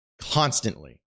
constantly